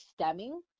stemming